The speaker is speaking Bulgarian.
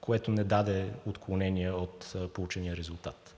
което не даде отклонение от получения резултат.